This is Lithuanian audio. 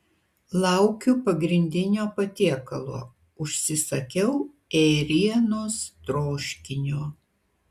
laukiu pagrindinio patiekalo užsisakiau ėrienos troškinio